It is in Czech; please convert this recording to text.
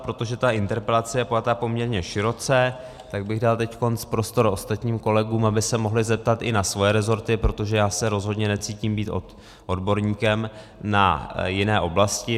Protože ta interpelace je pojata poměrně široce, já bych dal teď prostor ostatním kolegům, aby se mohli zeptat i na své resorty, protože já se rozhodně necítím být odborníkem na jiné oblasti.